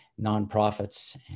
nonprofits